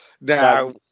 Now